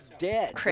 Dead